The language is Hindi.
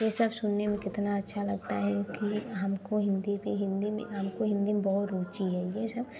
यह सब सुनने में कितना अच्छा लगता है कि हमको हिंदी पर हिंदी में हमको हिंदी में बहु रुचि है यह सब